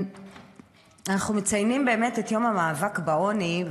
אנחנו מציינים את יום המאבק בעוני,